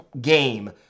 game